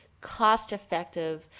cost-effective